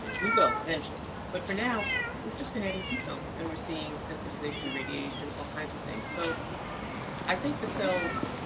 we will eventually, but for now we've just been adding ketones. and we're seeing sensitization to radiation, all kinds of things. so i think the cells